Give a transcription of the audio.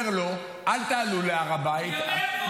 לו: אל תעלו להר הבית -- אני אומר לו.